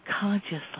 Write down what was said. consciously